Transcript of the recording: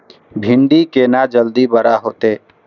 भिंडी केना जल्दी बड़ा होते?